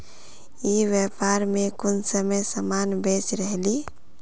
ई व्यापार में कुंसम सामान बेच रहली?